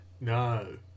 No